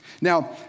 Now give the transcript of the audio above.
Now